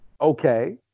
Okay